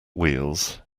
wheels